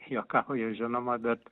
juokauju žinoma bet